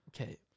Okay